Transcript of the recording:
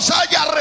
haya